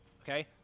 okay